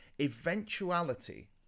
eventuality